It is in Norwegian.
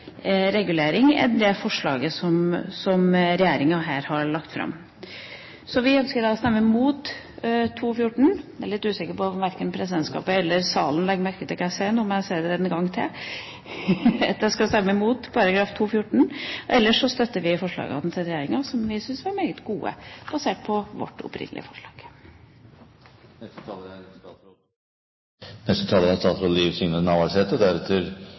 enn det forslaget som regjeringa her har lagt fram. Så vi ønsker da å stemme imot § 2-14. Jeg er litt usikker på om Presidentskapet eller salen legger merke til det jeg sier nå, så jeg sier det en gang til: Vi skal stemme mot § 2-14. Ellers støtter vi forslagene til regjeringa, som vi syns er meget gode, basert på vårt opprinnelige forslag.